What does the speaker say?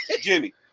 Jimmy